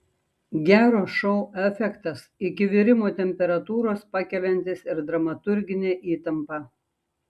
gero šou efektas iki virimo temperatūros pakeliantis ir dramaturginę įtampą